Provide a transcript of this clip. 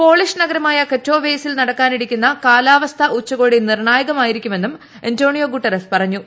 polish നഗരമായ കറ്റോവെയ്സിൽ നടക്കാനിരിക്കുന്ന കാലാവസ്ഥാ ഉച്ചുകോടി നിർണ്ണായകമായിരിക്കുമെന്നും അന്റോണിയോ ഗുട്ടറസ് പറഞ്ഞു